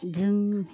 जों